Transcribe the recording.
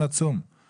נתת פה רעיון עצום.